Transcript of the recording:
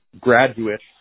graduates